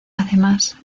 además